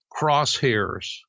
crosshairs